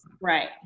Right